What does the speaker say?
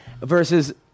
versus